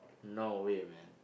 no way man